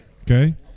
Okay